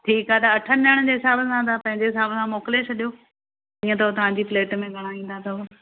ठीकु आहे त अठनि ॼणनि जे हिसाबनि सां तव्हां पंहिंजे हिसाब सां मोकिले छॾियो जीअं त तव्हां जी प्लेट में घणा ईंदा अथव